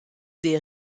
des